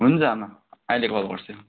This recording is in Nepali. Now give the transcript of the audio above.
हुन्छ आमा अहिले कल गर्छु